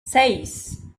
seis